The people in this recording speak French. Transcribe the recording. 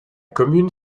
commune